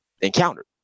encountered